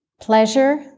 pleasure